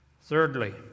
Thirdly